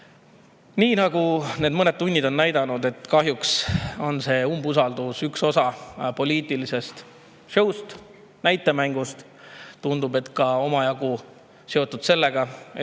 Nii nagu need mõned tunnid on näidanud, kahjuks on see umbusaldusavaldus üks osa poliitilisestshow'st, näitemängust. Tundub, et see on omajagu seotud sellega, et